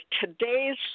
today's